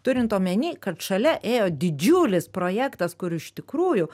turint omeny kad šalia ėjo didžiulis projektas kur iš tikrųjų